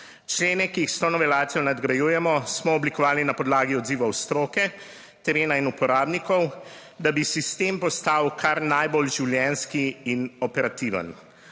Člene, ki jih s to novelacijo nadgrajujemo, smo oblikovali na podlagi odzivov stroke, terena in uporabnikov, da bi sistem postal kar najbolj življenjski in operativen.